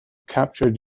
captured